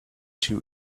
two